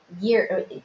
year